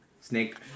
Snake